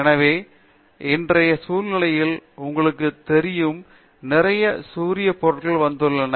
எனவே இன்றைய சூழ்நிலையில் உங்களுக்கு தெரியும் நிறைய சூரிய பொருட்கள் வந்துள்ளன